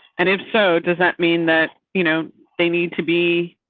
and if so does that mean that you know they need to be.